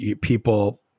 People